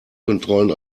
kontrollen